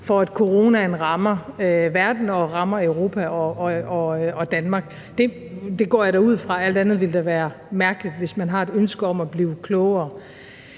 for, at coronaen rammer verden og rammer Europa og Danmark. Alt andet ville da være mærkeligt, hvis man har et ønske om at blive klogere.